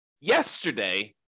yesterday